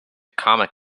comic